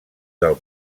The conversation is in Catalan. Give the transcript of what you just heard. del